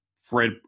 Fred